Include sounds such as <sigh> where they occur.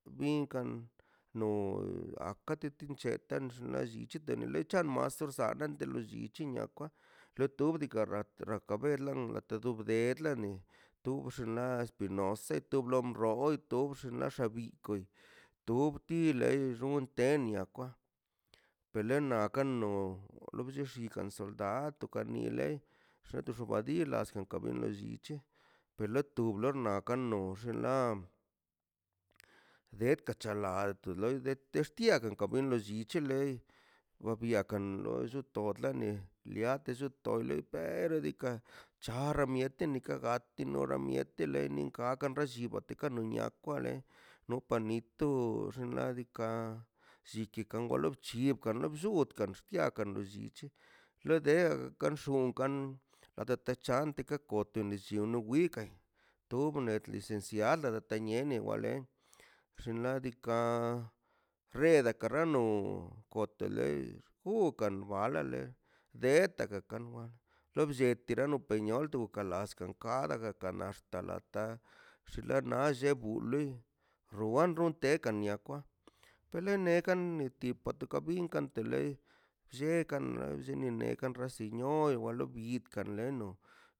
Binkan noi a ka ti tenchete xnachiti te lei chamarzo saile de lo llichin kwa lo tub dika nia dos tres de la mañana wa lo da xaka xnaꞌ diikaꞌ raka bela ga chikan tomdnə ha chikan tom xkok toma le lle tu kan choma lo le llito kam to male lli mieta jana wale kwa jamalte kam be kam nal tea lo rrun kamle kamto wa rrene kam rru kamde kamper a chika tamdo ganako le xnaꞌ diikaꞌ ki xu kam kwenda <unintelligible> tarti kat nato na lix xnaꞌ diikaꞌ rri to xo xnaꞌ diika' kanur kan na chab brun kante na ungan na nar dunia agan lliki na dunia sikan lana tu rroroch chabrunkan teldə naꞌ rrunkan natlə padlə wadod na kan nedex naꞌ kaka mieti ukan na nadika ka las skal nan ulkan no kanu nagun tegan terna mi nerga sho lo rrible chalo gun te to tlan ne ne to llan nero go tod nekan le xen la lo rrapo funikana me lorna kane lorna kamo na ko toma goko to wi la nadika xuu tu bele lan xnali kababa tu ber langa be tu ber langa la danza tu be be landa a ti tu tu ben tu ben be landa llea tu ben land xnaꞌ diika' xubgasa rin kan de kande ḻe bi tip te xle la gon go loi bin latna kan ga lam pedelegan netip doka ta bi inkan te le llekan loi llenin neka raina seño galobitkan e